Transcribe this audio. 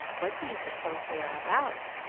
what do you suppose they are about?